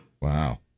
Wow